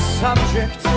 subject